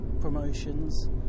Promotions